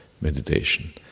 meditation